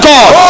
God